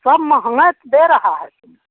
सब महंगा दे रहे हो तुम